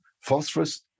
phosphorus